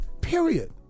Period